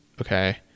okay